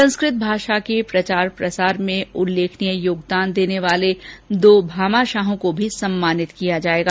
संस्कृत भाषा के प्रचार प्रसार में उल्लेखनीय योगदान देने वाले दो भामाशाहों को भी सम्मानित किया जाएगा